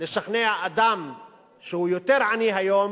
לשכנע אדם שהוא יותר עני היום,